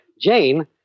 Jane